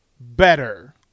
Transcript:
Better